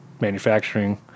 manufacturing